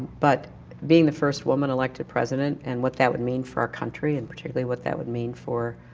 but being the first women elected president and what that would mean for our country, and particularly what that would mean for,